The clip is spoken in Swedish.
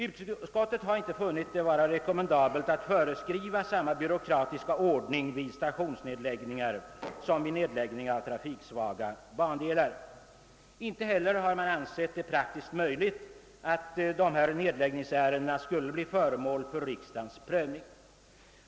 Utskottet har inte velat rekommendera att föreskriva samma byråkratiska ordning vid stationsnedläggningar som vid nedläggning av trafiksvaga bandelar. Inte heller har man ansett det praktiskt möjligt att låta dessa nedläggningsärenden bli föremål för riksdagens prövning.